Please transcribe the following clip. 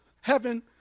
heaven